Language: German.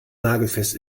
nagelfest